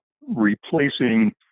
replacing